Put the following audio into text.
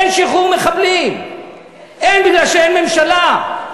אין שחרור מחבלים, אין, כי אין ממשלה,